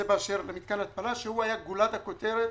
זה באשר למתקן ההתפלה שהוא היה גולת הכותרת